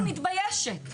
אני מתביישת.